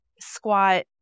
squat